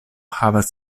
havas